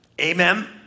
Amen